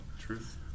Truth